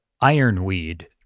Ironweed